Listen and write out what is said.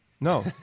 No